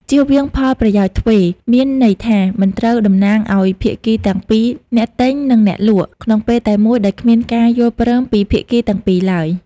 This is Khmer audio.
ជៀសវាងផលប្រយោជន៍ទ្វេរ មានន័យថា មិនត្រូវតំណាងឲ្យភាគីទាំងពីរ អ្នកទិញ និងអ្នកលក់ ក្នុងពេលតែមួយដោយគ្មានការយល់ព្រមពីភាគីទាំងពីរឡើយ។